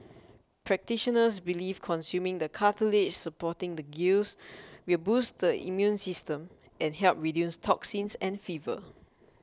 practitioners believe consuming the cartilage supporting the gills will boost the immune system and help reduce toxins and fever